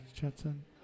Jetson